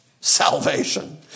salvation